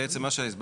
בעצם מה שהסברנו,